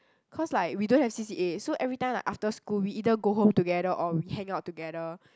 cause like we don't have C_C_A so every time like after school we either go home together or we hang out together